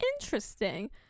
Interesting